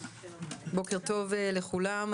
בוקר טוב לכולם,